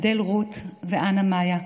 אדל רות ואנה מאיה,